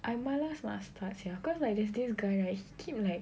I malas nak start sia cause like there's this guy right he keep like